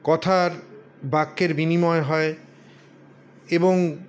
কথার বাক্যের বিনিময় হয় এবং